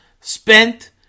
spent